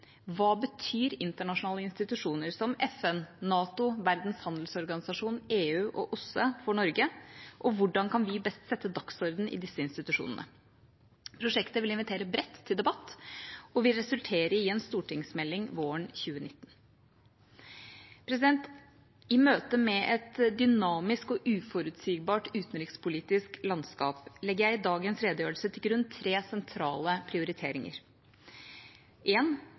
Hva betyr internasjonale institusjoner som FN, NATO, Verdens handelsorganisasjon, EU og OSSE for Norge – og hvordan kan vi best sette dagsordenen i disse institusjonene? Prosjektet vil invitere bredt til debatt og vil resultere i en stortingsmelding våren 2019. I møte med et dynamisk og uforutsigbart utenrikspolitisk landskap legger jeg i dagens redegjørelse til grunn tre sentrale prioriteringer: